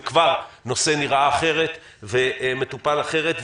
וכבר נושא נראה אחרת ומטופל אחרת.